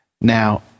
Now